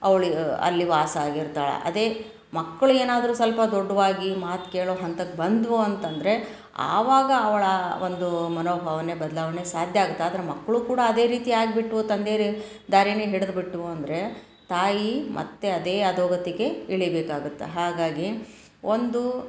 ಅವಳು ಅಲ್ಲಿ ವಾಸ ಆಗಿರ್ತಾಳೆ ಅದೇ ಮಕ್ಕಳು ಏನಾದರೂ ಸ್ವಲ್ಪ ದೊಡ್ಡವಾಗಿ ಮಾತು ಕೇಳೋ ಹಂತಕ್ಕೆ ಬಂದವು ಅಂತಂದರೆ ಆವಾಗ ಅವಳ ಒಂದು ಮನೋಭಾವನೆ ಬದಲಾವಣೆ ಸಾಧ್ಯ ಆಗುತ್ತೆ ಆದರೆ ಮಕ್ಕಳೂ ಕೂಡ ಅದೇ ರೀತಿ ಆಗಿಬಿಟ್ವು ತಂದೆ ರೀ ದಾರಿಯೇ ಹಿಡಿದುಬಿಟ್ವು ಅಂದರೆ ತಾಯಿ ಮತ್ತು ಅದೇ ಅಧೋಗತಿಗೆ ಇಳಿಬೇಕಾಗುತ್ತೆ ಹಾಗಾಗಿ ಒಂದು